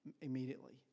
immediately